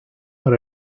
but